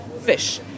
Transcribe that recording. fish